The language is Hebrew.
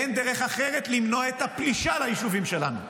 ואין דרך אחרת למנוע את הפלישה ליישובים שלנו.